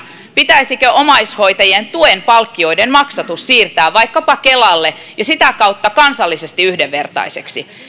pitäisikö omaishoitajien tuen palkkioiden maksatus siirtää vaikkapa kelalle ja sitä kautta kansallisesti yhdenvertaiseksi